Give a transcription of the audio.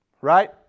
Right